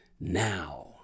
now